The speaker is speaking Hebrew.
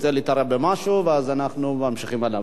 ואנחנו ממשיכים הלאה.